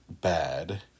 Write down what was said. bad